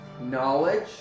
knowledge